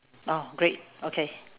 oh great okay